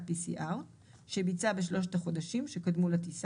PCR שביצע במהלך 72 השעות שקדמו למועד ההמראה המתוכנן של כלי הטיס,